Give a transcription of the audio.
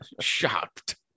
Shocked